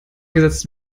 gesetzt